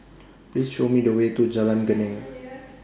Please Show Me The Way to Jalan Geneng